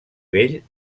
vell